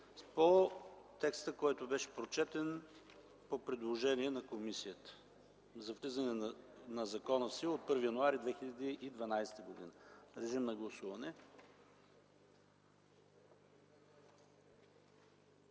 по текста, който беше прочетен по предложение на комисията за влизане на закона в сила от 1 януари 2012 г. Гласували